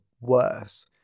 worse